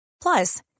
Plus